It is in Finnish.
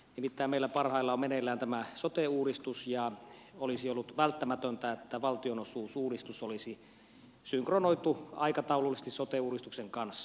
nimittäin meillä parhaillaan on meneillään sote uudistus ja olisi ollut välttämätöntä että valtionosuusuudistus olisi synkronoitu aikataulullisesti sote uudistuksen kanssa